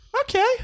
Okay